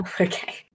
Okay